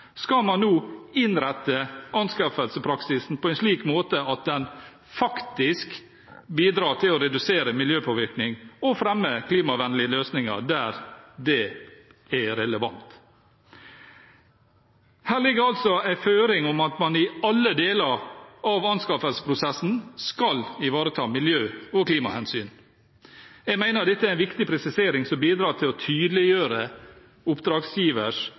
skal man nå innrette anskaffelsespraksisen på en slik måte at den faktisk bidrar til å redusere miljøpåvirkning og fremme klimavennlige løsninger der det er relevant. Her ligger det altså en føring om at man i alle deler av anskaffelsesprosessen skal ivareta miljø- og klimahensyn. Jeg mener dette er en viktig presisering som bidrar til å tydeliggjøre oppdragsgivers